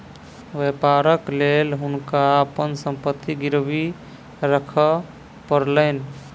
व्यापारक लेल हुनका अपन संपत्ति गिरवी राखअ पड़लैन